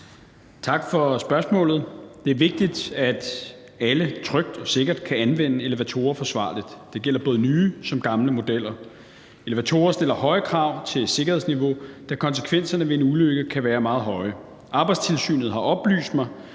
Tak for spørgsmålet. Det er vigtigt, at alle trygt og sikkert kan anvende elevatorer forsvarligt – det gælder både nye og gamle modeller. Elevatorer stiller høje krav til sikkerhedsniveauet, da konsekvenserne ved en ulykke kan være meget store. Arbejdstilsynet har oplyst mig,